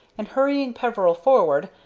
and, hurrying peveril forward,